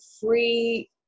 free